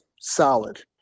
solid